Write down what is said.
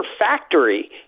factory